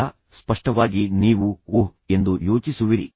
ಇಲ್ಲ ಸ್ಪಷ್ಟವಾಗಿ ನೀವು ಓಹ್ ಎಂದು ಯೋಚಿಸುವಿರಿ